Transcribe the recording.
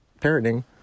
parenting